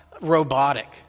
robotic